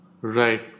Right